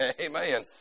Amen